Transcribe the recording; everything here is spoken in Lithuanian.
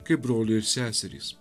kaip broliai ir seserys